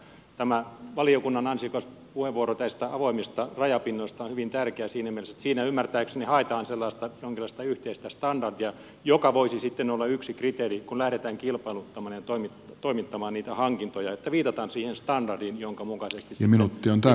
tämä valiokunnan ansiokas puheenvuoro avoimista rajapinnoista on hyvin tärkeä siinä mielessä että siinä ymmärtääkseni haetaan jonkinlaista yhteistä standardia joka voisi sitten olla yksi kriteeri kun lähdetään kilpailuttamaan ja toimittamaan niitä hankintoja niin että viitataan siihen standardiin jonka mukaisesti sitten yksittäisen palveluntuottajan pitää toimia